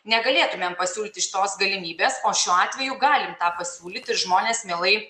negalėtumėm pasiūlyti šitos galimybės o šiuo atveju galim tą pasiūlyti ir žmonės mielai